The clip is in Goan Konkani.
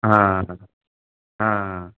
आ हा आ आ आ